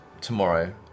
tomorrow